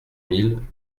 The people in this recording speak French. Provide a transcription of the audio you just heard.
mille